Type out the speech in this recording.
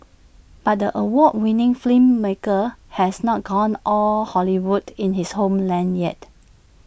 but the award winning filmmaker has not gone all Hollywood in his homeland yet